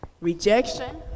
rejection